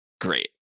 great